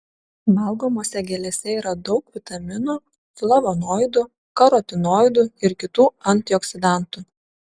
valgomose gėlėse yra daug vitaminų flavonoidų karotinoidų ir kitų antioksidantų